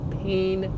pain